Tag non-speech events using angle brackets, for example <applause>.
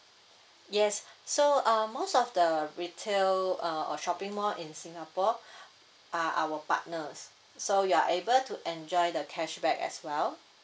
yes so uh most of the retail uh or shopping mall in singapore <breath> are our partners so you are able to enjoy the cashback as well